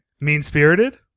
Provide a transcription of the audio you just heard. Mean-spirited